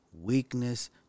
Weakness